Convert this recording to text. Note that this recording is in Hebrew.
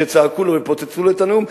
שצעקו לו ופוצצו לו את הנאום,